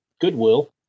Goodwill